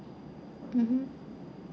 mmhmm